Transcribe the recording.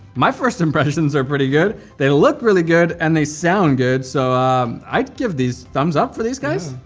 my first impressions are pretty good. they look really good, and they sound good, so i'd give these thumbs up for these guys?